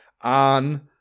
on